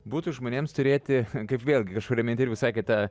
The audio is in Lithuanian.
būtų žmonėms turėti kaip vėlgi kažkuriame interviu sakėte